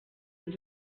mit